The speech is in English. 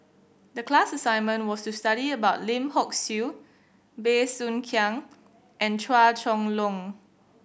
the class assignment was to study about Lim Hock Siew Bey Soo Khiang and Chua Chong Long